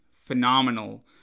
phenomenal